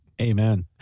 Amen